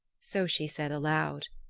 so she said aloud.